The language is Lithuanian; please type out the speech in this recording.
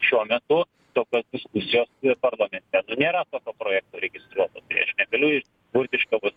šiuo metu tokios diskusijos parlamente nu nėra tokio projekto registruoto tai aš negaliu iš burt iš kavos